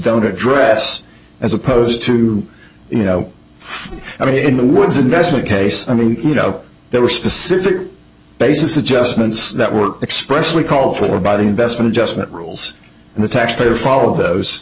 don't address as opposed to you know i mean in the words investment case i mean you know there were specific basis adjustments that were expressed we call for by the investment adjustment rules and the taxpayer follow those